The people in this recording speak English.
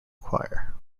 choir